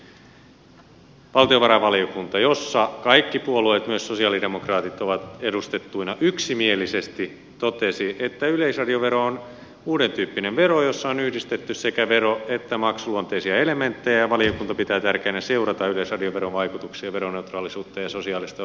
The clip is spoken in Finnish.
tämän vuoksi valtiovarainvaliokunta jossa kaikki puolueet myös sosialidemokraatit ovat edustettuina yksimielisesti totesi että yleisradiovero on uudentyyppinen vero jossa on yhdistetty sekä vero että maksuluonteisia elementtejä ja valiokunta pitää tärkeänä seurata yleisradioveron vaikutuksia ja veroneutraalisuutta ja sosiaalista oikeudenmukaisuutta